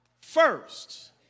first